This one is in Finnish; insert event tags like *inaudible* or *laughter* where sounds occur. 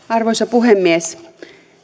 *unintelligible* arvoisa puhemies